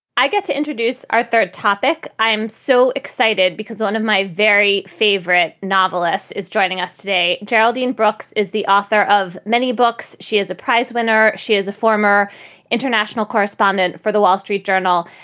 i get to introduce our third topic. i'm so excited because one of my very favorite novelists is joining us today. geraldine brooks is the author of many books. she is a prize winner. she is a former international correspondent for the wall street journal.